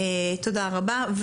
תודה רבה.